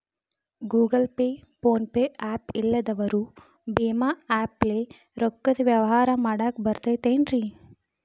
Google Pay, PhonePe app ಇಲ್ಲದವರು ಭೇಮಾ app ಲೇ ರೊಕ್ಕದ ವ್ಯವಹಾರ ಮಾಡಾಕ್ ಬರತೈತೇನ್ರೇ?